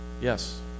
Yes